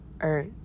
earth